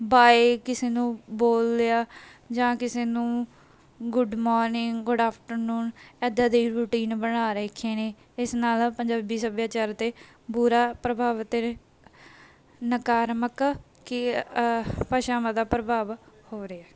bye ਕਿਸੇ ਨੂੰ ਬੋਲ ਲਿਆ ਜਾਂ ਕਿਸੇ ਨੂੰ ਗੁੱਡ ਮੋਰਨਿੰਗ ਗੁੱਡ ਆਫਟਰਨੂਨ ਇੱਦਾਂ ਦੀ ਰੂਟੀਨ ਬਣਾ ਰੱਖੇ ਨੇ ਇਸ ਨਾਲ ਪੰਜਾਬੀ ਸੱਭਿਆਚਾਰ 'ਤੇ ਬੁਰਾ ਪ੍ਰਭਾਵ ਅਤੇ ਨਕਾਰਾਤਮਕ ਕਿ ਭਾਸ਼ਾਵਾਂ ਦਾ ਪ੍ਰਭਾਵ ਹੋ ਰਿਹਾ